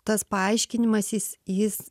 tas paaiškinimas jis jis